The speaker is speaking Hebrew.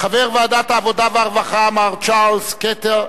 חבר ועדת העבודה והרווחה, מר צ'רלס קטר,